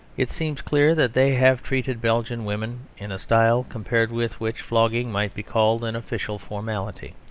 it seems clear that they have treated belgian women in a style compared with which flogging might be called an official formality.